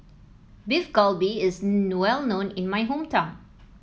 Beef Galbi is well known in my hometown